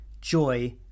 joy